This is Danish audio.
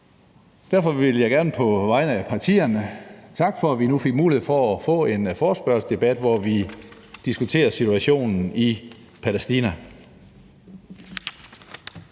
Derfor vil jeg gerne på vegne af partierne takke for, at vi nu fik mulighed for at få en forespørgselsdebat, hvor vi diskuterer situationen i Palæstina.